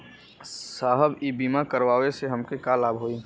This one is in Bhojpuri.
साहब इ बीमा करावे से हमके का लाभ होई?